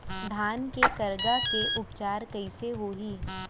धान के करगा के उपचार कइसे होही?